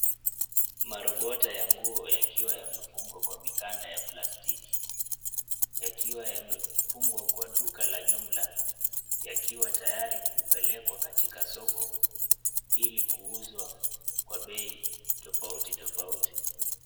Marobota ya nguo yakiwa yamefungwa kwa mikanda ya plastiki. Yakiwa yamefungwa kwa duka ya jumla, yakiwa tayari kupelekwa katika soko ili kuuzwa kwa bei tofauti tofauti.